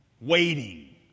Waiting